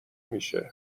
میشه